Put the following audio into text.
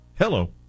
Hello